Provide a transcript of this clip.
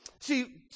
See